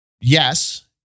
Yes